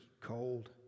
cold